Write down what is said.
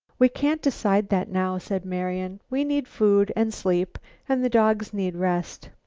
we can't decide that now, said marian. we need food and sleep and the dogs need rest.